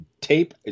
tape